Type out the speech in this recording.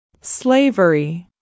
Slavery